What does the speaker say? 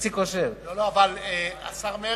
השר מרגי,